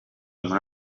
muri